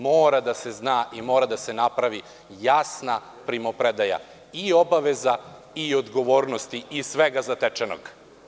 Mora da se zna i mora da se napravi jasna primopredaja i obaveza i odgovornosti i svega zatečenog.